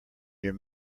your